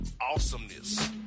awesomeness